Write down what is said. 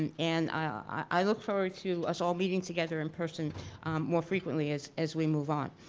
and and i look forward to us all meeting together in person more frequently as as we move on.